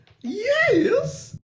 Yes